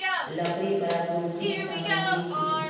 लकड़ी प्राकृतिक सामग्री छिके